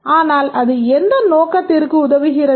ஆனால் அது எந்த நோக்கத்திற்கு உதவுகிறது